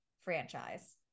franchise